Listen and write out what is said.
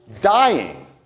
Dying